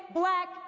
black